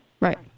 Right